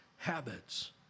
Habits